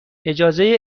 اجازه